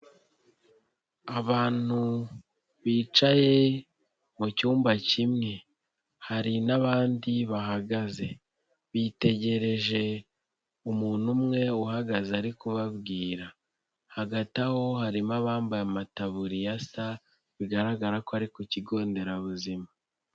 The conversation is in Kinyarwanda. Abantu bicaye mu cyumba kimwe hari n'abandi bahagaze, bitegereje umuntu umwe uhagaze ari kubabwira, hagati aho harimo abambaye amataburiya asa bigaragara ko ari ku kigo nderabuzima.